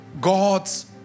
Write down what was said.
God's